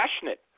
passionate